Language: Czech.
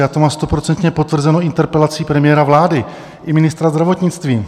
Já to mám stoprocentně potvrzeno interpelací premiéra vlády i ministra zdravotnictví.